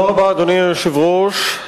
אדוני היושב-ראש,